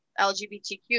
LGBTQ